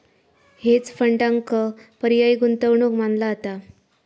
hedge फंडांक पर्यायी गुंतवणूक मानला जाता